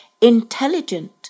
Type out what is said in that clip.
intelligent